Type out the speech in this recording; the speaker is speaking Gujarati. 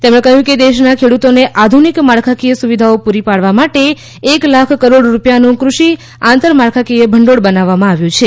તેમણે કહ્યું કે દેશના ખેડૂતોને આધુનિક માળખાકીય સુવિધાઓ પૂરી પાડવા માટે એક લાખ કરોડ રૂપિયાનું કૃષિ આંતરમાળખાકીય ભંડોળ બનાવવામાં આવ્યું છે